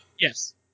Yes